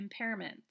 impairments